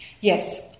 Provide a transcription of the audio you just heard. yes